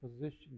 position